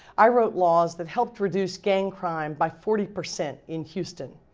i wrote laws that helped reduce gang crime by forty percent in houston.